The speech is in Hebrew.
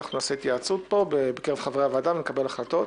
נעשה התייעצות בקרב חברי הוועדה ונקבל החלטות.